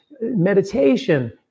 meditation